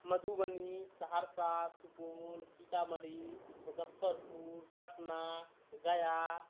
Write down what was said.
مدھوبنی سہرسہ سپول سیتامڑھی مظفرپور پٹنہ گیا